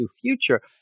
future